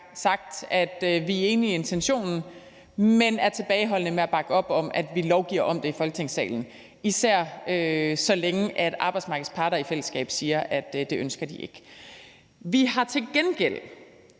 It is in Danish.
sagt, at vi er enige i intentionen, men vi er tilbageholdende med at bakke op om, at vi lovgiver om det i Folketingssalen, især så længe arbejdsmarkedets parter i fællesskab siger, at de ikke ønsker det. Vi har til gengæld